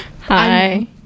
hi